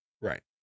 Right